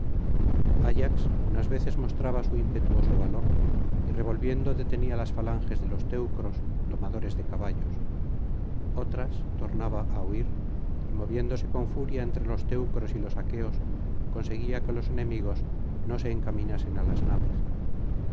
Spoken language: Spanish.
ayax unas veces mostraba su impetuoso valor y revolviendo detenía las falanges de los teücros domadores de caballos otras tornaba á huir y moviéndose con furia entre los teucros y los aqueos conseguía que los enemigos no se encaminasen á las naves